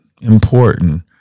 important